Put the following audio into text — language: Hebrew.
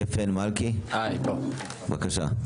גפן מלכי, בבקשה.